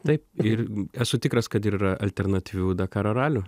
taip ir esu tikras kad ir yra alternatyvių dakaro ralių